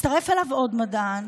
הצטרף אליו עוד מדען.